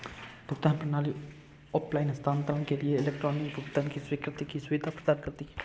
भुगतान प्रणाली ऑफ़लाइन हस्तांतरण के लिए इलेक्ट्रॉनिक भुगतान की स्वीकृति की सुविधा प्रदान करती है